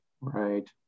Right